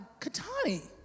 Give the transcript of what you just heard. Katani